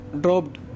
dropped